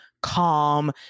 calm